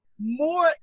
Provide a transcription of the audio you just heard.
More